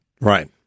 Right